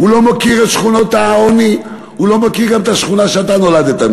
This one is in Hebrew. הוא לא מכיר את שכונות העוני הוא לא מכיר גם את השכונה שבה אתה נולדת,